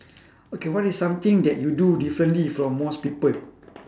okay what is something that you do differently from most people